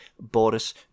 Boris